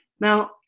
Now